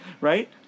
right